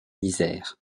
isère